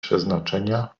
przeznaczenia